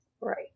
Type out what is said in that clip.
Right